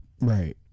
Right